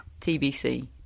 TBC